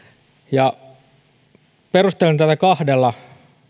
perustelen tätä kahdella